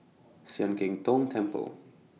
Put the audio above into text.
Sian Keng Tong Temple